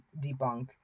debunk